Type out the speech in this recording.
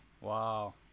Wow